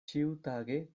ĉiutage